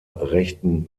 rechten